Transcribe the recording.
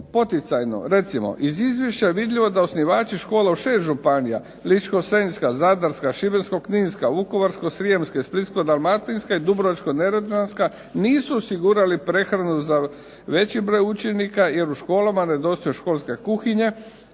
poticajno. Recimo iz izvješća je vidljivo da osnivači škola u šest županija Ličko-senjska, Zadarska, Šibensko-kninska, Vukovarsko-srijemska i Splitsko-dalmatinska, i Dubrovačko-neretvanska nisu osigurali prehranu za veći broj učenika, jer u školama nedostaju školske kuhinje